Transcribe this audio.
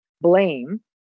blame